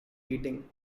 waiting